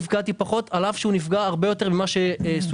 נפגעתי פחות על אף שהוא נפגע הרבה יותר ממה שסוכם.